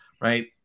right